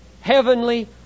heavenly